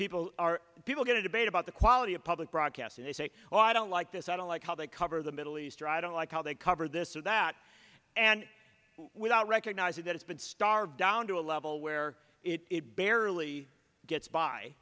people are people going to debate about the quality of public broadcasting they say oh i don't like this i don't like how they cover the middle east or i don't like how they cover this or that and without recognizing that it's been starved down to a level where it barely gets by